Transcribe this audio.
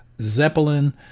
Zeppelin